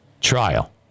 Trial